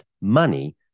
money